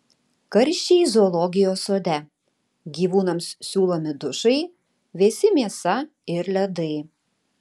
karščiai zoologijos sode gyvūnams siūlomi dušai vėsi mėsa ir ledai